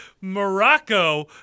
Morocco